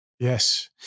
Yes